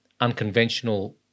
unconventional